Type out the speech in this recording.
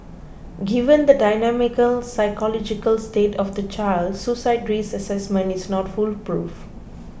given the dynamic psychological state of the child suicide risk assessment is not foolproof